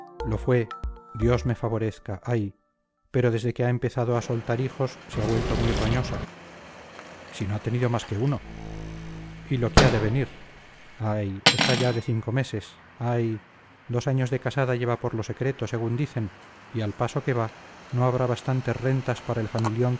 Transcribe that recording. lo fue dios me favorezca ay pero desde que ha empezado a soltar hijos se ha vuelto muy roñosa si no ha tenido más que uno y lo que ha de venir ay está ya de cinco meses ay dos años de casada lleva por lo secreto según dicen y al paso que va no habrá bastantes rentas para el familión